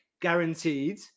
guaranteed